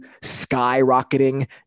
skyrocketing